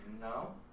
No